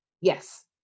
Yes